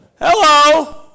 Hello